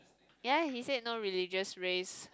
ya he said no religious race